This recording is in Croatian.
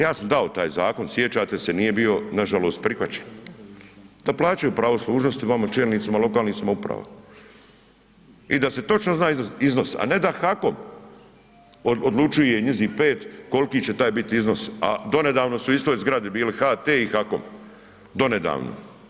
Ja sam dao taj zakon, sjećate se, nije bio nažalost prihvaćen, da plaćaju pravo služnosti vama čelnicima lokalnih samouprava i da se točno zna iznos ne da HAKOM odlučuje, njih 5 koliko će taj bit iznos a donedavno su u istoj zgradi bili HT i HAKOM, donedavno.